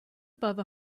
above